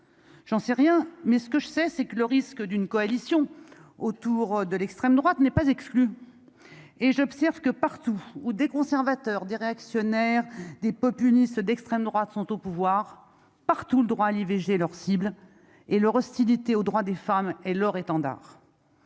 j'en sais rien, mais ce que je sais, c'est que le risque d'une coalition autour de l'extrême droite n'est pas exclu et j'observe que partout où des conservateurs, des réactionnaires, des populistes, d'extrême droite sont au pouvoir, partout le droit à l'IVG leurs cibles et leur hostilité aux droits des femmes et leur étendard,